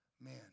Man